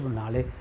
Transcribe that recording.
nale